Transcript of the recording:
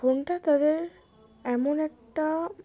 ফোনটা তাদের এমন একটা